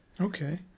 Okay